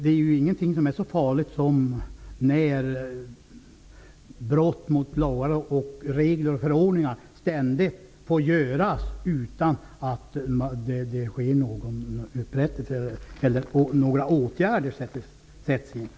Det finns inte någonting som är så farligt som när brott mot lagar, regler och förordningar ständigt görs utan att några åtgärder sätts in.